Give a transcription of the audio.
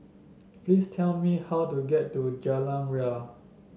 please tell me how to get to Jalan Ria